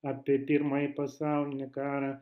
apie pirmąjį pasaulinį karą